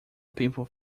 people